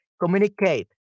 communicate